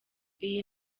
iyi